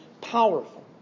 powerful